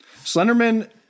Slenderman